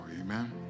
Amen